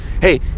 Hey